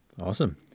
Awesome